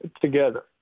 together